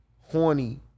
horny